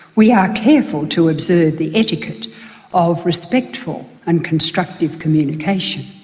we are careful to observe the etiquette of respectful and constructive communication.